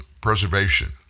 preservation